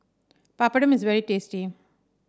papadum is very tasty